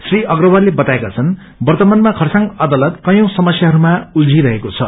श्री अग्रवालले बताएका छन् वर्तमानमा खरसाङ अदालत कयौं समस्याहरूामा अल्झिरहेको छ